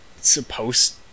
supposed